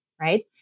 right